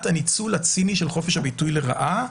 הניצול הציני של חופש הביטוי לרעה,